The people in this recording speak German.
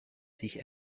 sich